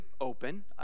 open